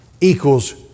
equals